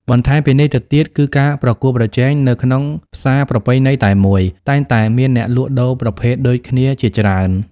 បន្ថែមពីនេះទៅទៀតគឺការប្រកួតប្រជែង នៅក្នុងផ្សារប្រពៃណីតែមួយ តែងតែមានអ្នកលក់ដូរប្រភេទដូចគ្នាជាច្រើន។